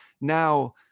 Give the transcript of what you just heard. Now